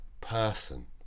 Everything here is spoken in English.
person